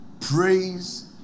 praise